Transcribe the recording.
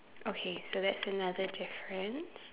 okay so that's another difference